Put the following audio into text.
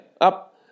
up